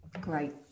Great